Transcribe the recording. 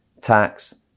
tax